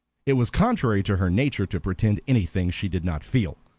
it was contrary to her nature to pretend anything she did not feel,